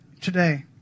Today